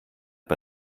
bei